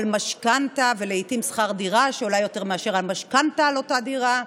על משכנתה ולעיתים על שכר דירה שעולה יותר מאשר המשכנתה על אותה דירה,